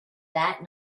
that